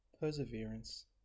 perseverance